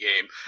game